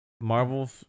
Marvel